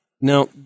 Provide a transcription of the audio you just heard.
Now